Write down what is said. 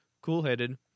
Cool-headed